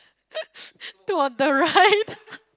to authorise